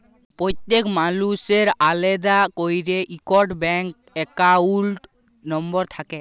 প্যত্তেক মালুসের আলেদা ক্যইরে ইকট ব্যাংক একাউল্ট লম্বর থ্যাকে